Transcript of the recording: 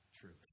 truth